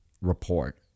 report